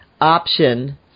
option